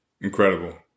Incredible